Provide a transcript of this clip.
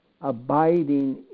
abiding